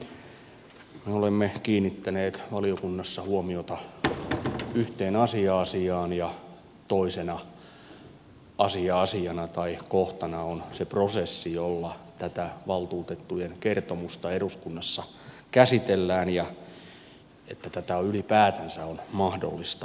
me olemme kiinnittäneet valiokunnassa huomiota yhteen asia asiaan ja toisena asia asiana tai kohtana on se prosessi jolla tätä valtuutettujen kertomusta eduskunnassa käsitellään että tätä ylipäätänsä on mahdollista käsitellä